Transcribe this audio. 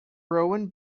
rowan